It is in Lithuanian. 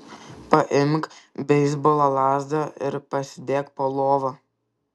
paimk beisbolo lazdą ir pasidėk po lova